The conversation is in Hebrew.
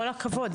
כל הכבוד.